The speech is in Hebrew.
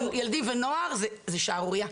ילדים ונוער זאת שערורייה.